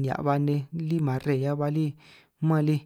nihia' ba nej lí marre hia ba lí man lí.